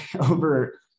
over